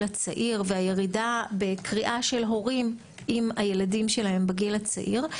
הצעיר והירידה בקריאה של הורים עם הילדים שלהם בגיל הצעיר,